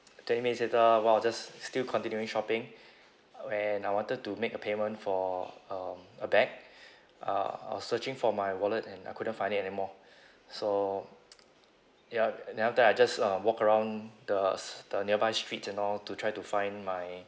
twenty minutes later while I just still continuing shopping uh and I wanted to make a payment for um a bag uh I was searching for my wallet and I couldn't find it anymore so ya and then after that I just um walk around the s~ the nearby street and all to try to find my